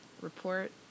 report